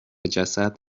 جسد